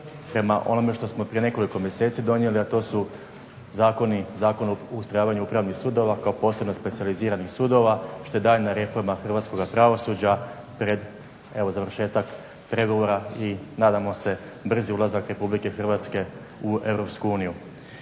prema onome što smo prije nekoliko mjeseci donijeli, a to su Zakon o ustrojavanju upravnih sudova, kao posebno specijaliziranih sudova, što je daljnja reforma hrvatskoga pravosuđa pred evo završetak pregovora i nadamo se brzi ulazak Republike Hrvatske u